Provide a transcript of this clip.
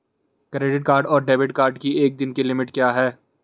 Credit card और debit card की एक दिन की लिमिट क्या है?